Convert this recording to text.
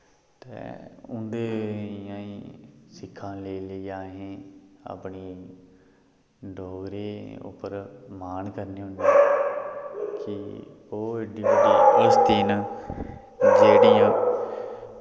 ते उंदे सिक्खा लेई लेइयै असें अपनी डोगरी उप्पर मान करने होनें कि ओह् एड्डी बड्डी हस्ती न जेह्ड़ी